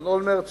אדון אולמרט,